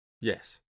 Yes